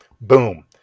Boom